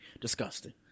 Disgusting